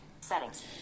Settings